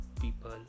people